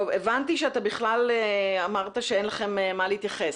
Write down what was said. אמרת שאין לכם מה להתייחס.